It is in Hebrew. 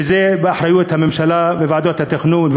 שזה באחריות הממשלה וועדות התכנון,